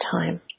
time